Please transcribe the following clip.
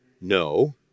no